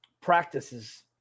practices